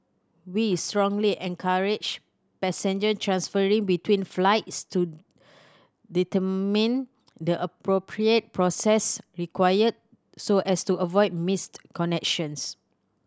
we strongly encourage passenger transferring between flights to determine the appropriate process required so as to avoid missed connections